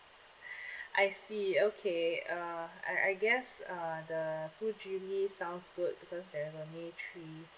I see okay uh I I guess uh the two G_B sounds good because there are only three